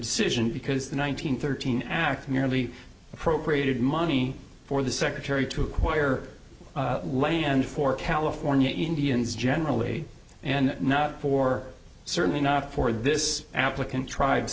decision because the one nine hundred thirteen act merely appropriated money for the secretary to acquire land for california indians generally and not for certainly not for this applicant tri